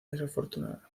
desafortunada